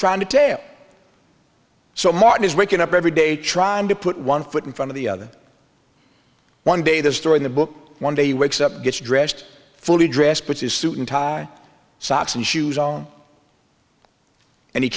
trying to tale so martin is breaking up every day trying to put one foot in front of the other one day the story in the book one day he wakes up gets dressed fully dressed puts his suit and tie socks and shoes on and he